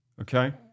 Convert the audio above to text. Okay